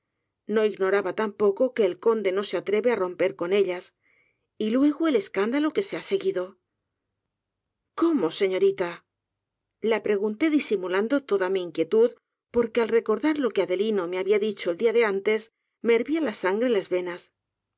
no igt doraba tampoco que el conde no se atreve á romper coa ellas y luego el escándalo que se lia seguido i rr có mo señorita la pregunté disimulando toda mi inquietud porque al recordar lo que adelino me habia dicho el día antes me hervía la sangre en las venas